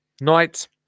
night